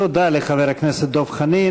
תודה לחבר הכנסת דב חנין.